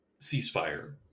ceasefire